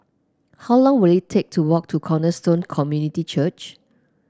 how long will it take to walk to Cornerstone Community Church